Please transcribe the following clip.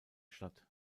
statt